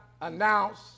announce